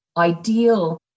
ideal